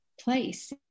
place